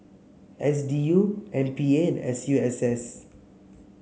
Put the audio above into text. S D U M P A and S U S S